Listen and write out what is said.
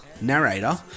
narrator